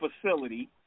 facility